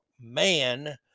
man